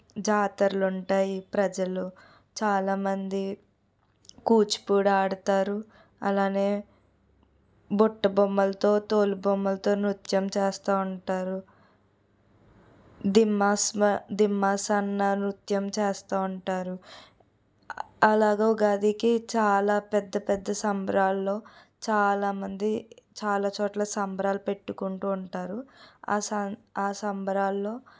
జాతరలు ఉంటాయి ప్రజలు చాలామంది కూచిపూడి ఆడతారు అలానే బుట్ట బొమ్మలతో తోలుబొమ్మల్తో నృత్యం చేస్తూ ఉంటారు దింసా దింసా సన్న నృత్యం చేస్తూ ఉంటారు అలాగా ఉగాదికి చాలా పెద్ద పెద్ద సంబరాల్లో చాలా మంది చాలా చోట్ల సంబరాలు పెట్టుకుంటూ ఉంటారు ఆ సం ఆ సంబరాల్లో